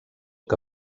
que